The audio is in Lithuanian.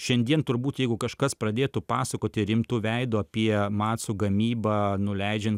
šiandien turbūt jeigu kažkas pradėtų pasakoti rimtu veidu apie macų gamybą nuleidžiant